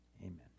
amen